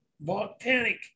volcanic